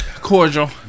cordial